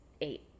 eight